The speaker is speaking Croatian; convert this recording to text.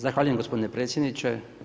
Zahvaljujem gospodine predsjedniče.